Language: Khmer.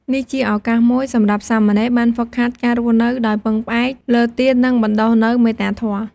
នេះជាឱកាសមួយសម្រាប់សាមណេរបានហ្វឹកហាត់ការរស់នៅដោយពឹងផ្អែកលើទាន និងបណ្ដុះនូវមេត្តាធម៌។